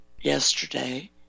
yesterday